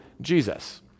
Jesus